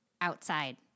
outside